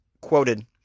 quoted